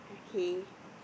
okay